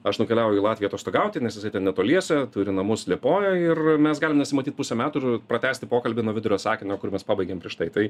aš nukeliauju į latviją atostogauti nes jisai ten netoliese turi namus liepojoj ir mes galim nesimatyt pusę metų ir pratęsti pokalbį nuo vidurio sakinio kur mes pabaigėm prieš tai